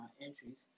entries